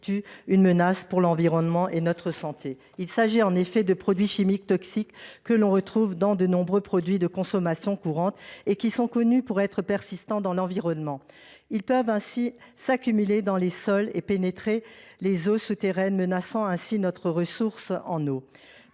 une menace pour l’environnement et notre santé. Il s’agit en effet de produits chimiques toxiques que l’on retrouve dans de nombreux produits de consommation courante et qui sont connus pour être persistants dans l’environnement. Ils peuvent ainsi s’accumuler dans les sols et pénétrer les eaux souterraines, menaçant ainsi notre ressource en eau.